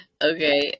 Okay